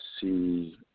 see